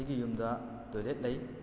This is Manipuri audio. ꯑꯩꯒꯤ ꯌꯨꯝꯗ ꯇꯣꯏꯂꯦꯠ ꯂꯩ